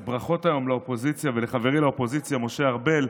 אז ברכות היום לאופוזיציה ולחברי לאופוזיציה משה ארבל,